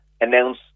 announce